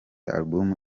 album